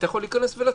אתה יכול להיכנס ולצאת.